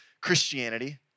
Christianity